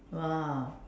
!wow!